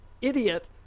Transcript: idiot